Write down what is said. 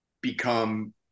become